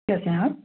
کیسے ہیں آپ